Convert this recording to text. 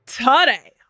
Today